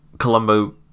Colombo